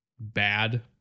bad